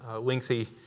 lengthy